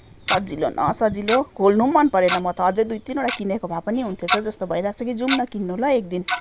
सजिलो न सजिलो खोल्नु मन परेन म त अझै दुई तिनवटा किनेको भए पनि हुने थिएछ जस्तो भइरहेको छ कि जाउँ न किन्नु ल एकदिन